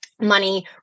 money